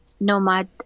nomad